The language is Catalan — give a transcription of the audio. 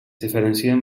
diferencien